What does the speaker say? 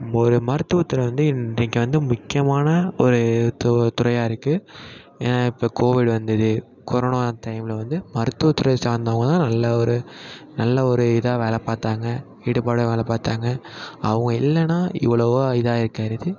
ஒரு மருத்துவத்துறை வந்து இன்றைக்கு வந்து முக்கியமான ஒரு து துறையாக இருக்குது எ இப்போ கோவிட் வந்தது கொரோனா டைமில் வந்து மருத்துவத்துறைச் சார்ந்தவங்க தான் நல்ல ஒரு நல்ல ஒரு இதாக வேலை பார்த்தாங்க ஈடுபாடாக வேலை பார்த்தாங்க அவங்க இல்லைன்னா இவ்வளோவா இதாக ஆகிருக்காது இது